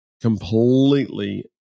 completely